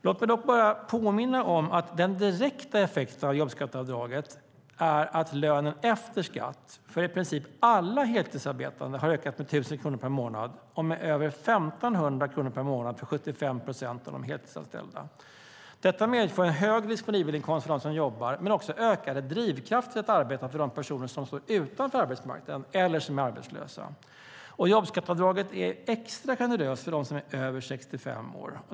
Låt mig dock bara påminna om att den direkta effekten av jobbskatteavdraget är att lönen efter skatt för i princip alla heltidsarbetande har ökat med 1 000 kronor per månad och med över 1 500 kronor per månad för 75 procent av de heltidsanställda. Detta medför en högre disponibel inkomst för dem som arbetar men också ökade drivkrafter för att arbeta för de personer som står utanför arbetsmarknaden eller som är arbetslösa. Och jobbskatteavdraget är extra generöst för dem som är över 65 år.